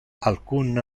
alcun